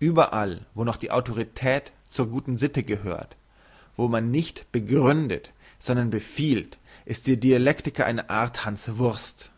überall wo noch die autorität zur guten sitte gehört wo man nicht begründet sondern befiehlt ist der dialektiker eine art hanswurst